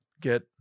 get